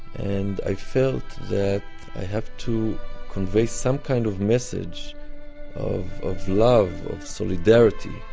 and i felt that i have to convey some kind of message of of love, of solidarity,